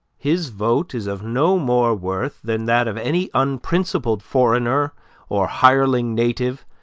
his vote is of no more worth than that of any unprincipled foreigner or hireling native,